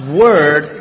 word